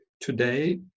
Today